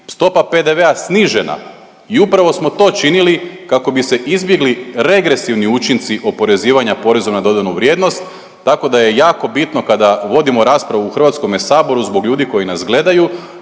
stopa PDV-a snižena i upravo smo to činili kako bi se izbjegli regresivni učinci oporezivanja poreza na dodanu vrijednost, tako da je jako bitno kada vodimo raspravu u Hrvatskome saboru zbog ljudi koji nas gledaju,